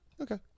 Okay